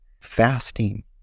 fasting